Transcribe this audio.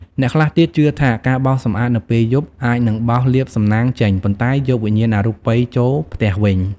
អ្នកខ្លះទៀតជឿថា ការបោសសម្អាតនៅពេលយប់ អាចនឹងបោសលាភសំណាង ចេញ ប៉ុន្តែយកវិញ្ញាណអរូបីចូលផ្ទះវិញ។